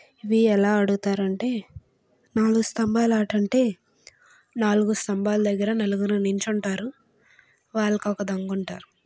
ఇవి ఎలా ఆడుతారు అంటే నాలుగు స్తంభాల ఆట అంటే నాలుగు స్తంభాల దగ్గర నలుగురు నించుంటారు వాళ్ళకు ఒక దొంగ ఉంటారు